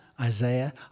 Isaiah